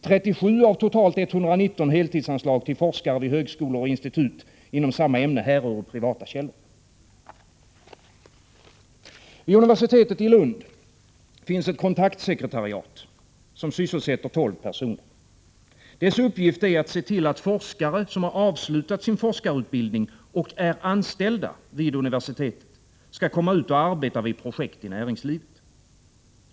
37 av totalt 119 anslag till heltidsforskare vid högskolor och institut inom samma ämne härrör från privata källor. Vid universitetet i Lund finns ett kontaktsekretariat, som sysselsätter tolv personer. Dess uppgift är att se till att forskare som har avslutat sin forskarutbildning och är anställda vid universitetet skall komma ut och arbeta vid projekt i näringslivet.